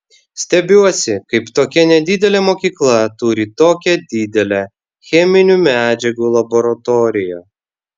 stebiuosi kaip tokia nedidelė mokykla turi tokią didelę cheminių medžiagų laboratoriją